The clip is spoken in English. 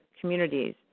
communities